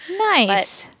nice